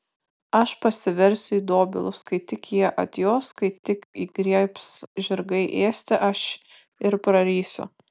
aš pasiversiu į dobilus kai tik jie atjos kai tik griebs žirgai ėsti aš ir prarysiu